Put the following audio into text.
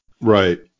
Right